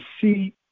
see